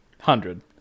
hundred